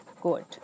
Good